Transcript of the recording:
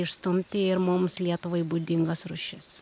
išstumti ir mums lietuvai būdingas rūšis